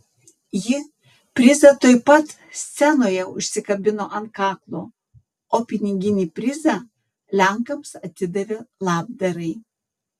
ji prizą tuoj pat scenoje užsikabino ant kaklo o piniginį prizą lenkams atidavė labdarai